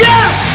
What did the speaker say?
Yes